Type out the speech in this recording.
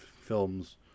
films